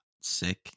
sick